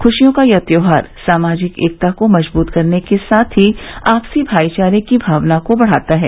खुशियों का यह त्यौहार सामाजिक एकता को मजबूत करने के साथ ही आपसी भाईचारे की भावना को बढ़ाता है